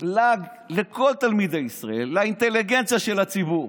לעג לכל תלמידי ישראל ולאינטליגנציה של הציבור.